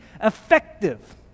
effective